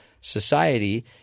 society